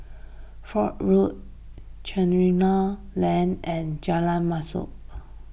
Foch Road Chencharu Lane and Jalan Mashhor